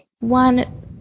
one